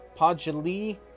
Pajali